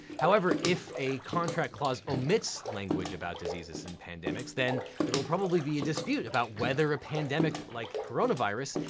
however, if a contract clause omits language about diseases and pandemics, then there will probably be a dispute about whether a pandemic, like coronavirus,